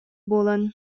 буолан